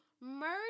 murder